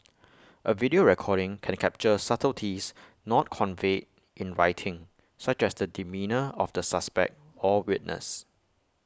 A video recording can capture A subtleties not conveyed in writing such as the demeanour of the suspect or witness